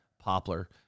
Poplar